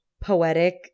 poetic